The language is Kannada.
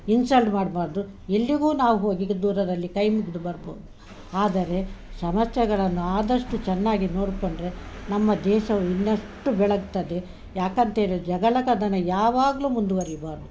ಇನ್ಸಲ್ಡ್ ಮಾಡ್ಬಾರದು ಎಲ್ಲಿಗೂ ನಾವು ಹೋಗಿದ್ದು ದೂರದಲ್ಲಿ ಕೈ ಮುಗಿದು ಬರ್ಬೋದು ಆದರೆ ಸಮಸ್ಯೆಗಳನ್ನು ಆದಷ್ಟು ಚೆನ್ನಾಗಿ ನೋಡ್ಕೊಂಡರೆ ನಮ್ಮ ದೇಶವು ಇನ್ನಷ್ಟು ಬೆಳಗ್ತದೆ ಯಾಕಂತೀರಿ ಜಗಳ ಕದನ ಯಾವಾಗಲೂ ಮುಂದುವರಿಬಾರದು